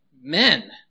men